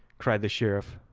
cried the sheriff.